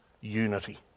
unity